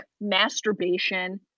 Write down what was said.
masturbation